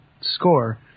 score